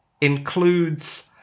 includes